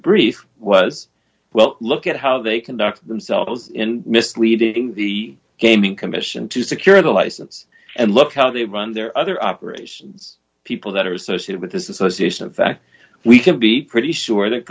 brief was well look at how they conduct themselves in misleading the gaming commission to secure the license and look how they run their other operations people that are associated with this association in fact we can be pretty sure that